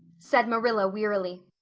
said marilla wearily.